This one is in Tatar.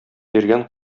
йөргән